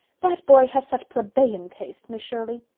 that boy has such plebeian tastes, miss shirley.